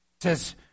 says